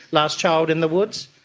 last child in the woods,